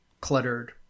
cluttered